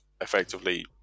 effectively